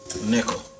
Nickel